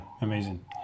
amazing